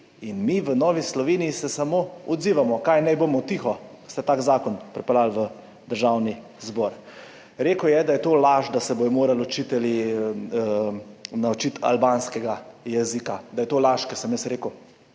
in mi v Novi Sloveniji se samo odzivamo. Naj bomo tiho, ko ste pripeljali tak zakon v Državni zbor? Rekel je, da je to laž, da se bodo morali učitelji naučiti albanskega jezika, da je to laž, kar sem jaz rekel,